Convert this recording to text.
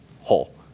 whole